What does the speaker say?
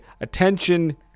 attention